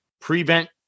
prevent